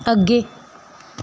ਅੱਗੇ